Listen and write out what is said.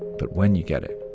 but when you get it.